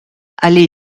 allée